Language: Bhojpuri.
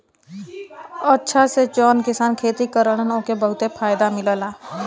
अचछा से जौन किसान खेती करलन ओके बहुते फायदा मिलला